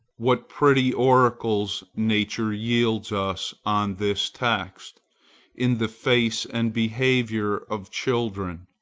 what pretty oracles nature yields us on this text in the face and behavior of children,